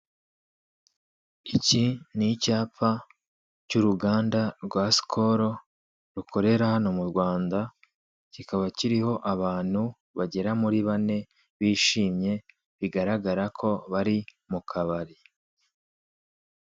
Iki ni icyapa cy'uruganda rwa sikoro rukorera hano mu Rwanda kikaba kiriho abantu bagera muri bane bishimye bigaragara ko bari mu kabari.